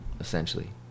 Essentially